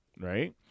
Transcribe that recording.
right